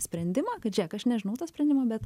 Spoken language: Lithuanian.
sprendimą kad žėk aš nežinau to sprendimo bet